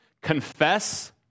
Confess